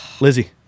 Lizzie